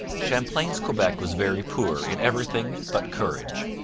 champlain's quebec was very poor in everything but courage.